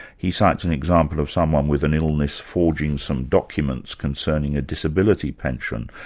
he cites an example of someone with an illness forging some documents concerning a disability pension.